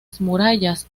ciudad